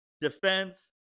defense